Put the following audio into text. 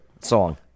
song